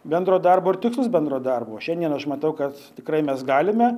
bendro darbo ir tikslus bendro darbo šiandien aš matau kad tikrai mes galime